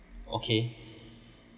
okay